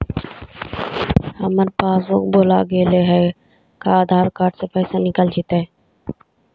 हमर पासबुक भुला गेले हे का आधार कार्ड से पैसा निकल जितै?